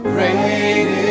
Great